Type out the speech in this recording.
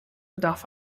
bedarf